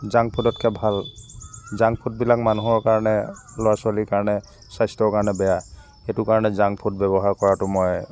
junk ফুডতকৈ ভাল junk ফুডবিলাক মানুহৰ কাৰণে ল'ৰা ছোৱালীৰ কাৰণে স্বাস্থ্যৰ কাৰণে বেয়া সেইটো কাৰণে জাংক ফুড ব্যৱহাৰ কৰাটো মই